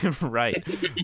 Right